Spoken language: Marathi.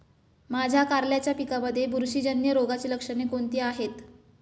माझ्या कारल्याच्या पिकामध्ये बुरशीजन्य रोगाची लक्षणे कोणती आहेत?